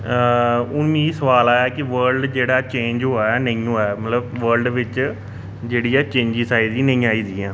हुन मिगी सवाल आया कि वर्ल्ड जेह्ड़ा ऐ चेंज होआ ऐ नेईं होआ ऐ मतलब वर्ल्ड बिच्च जेह्ड़ी ऐ चेंजिस आई दी नेईं आई दियां